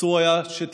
אסור היה שתקרה.